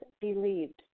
believed